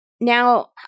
now